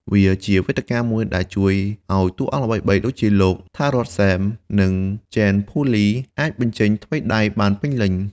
វាជាវេទិកាមួយដែលជួយឲ្យតួអង្គល្បីៗដូចជា លោក Tharoth Sam និង Jean-Paul Ly អាចបញ្ចេញថ្វីដៃបានពេញលេញ។